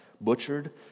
butchered